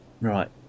right